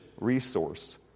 resource